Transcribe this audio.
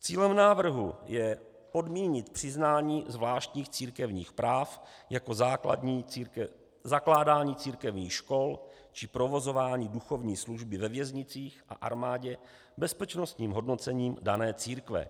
Cílem návrhu je podmínit přiznání zvláštních církevních práv, jako zakládání církevních škol či provozování duchovní služby ve věznicích a armádě, bezpečnostním hodnocením dané církve.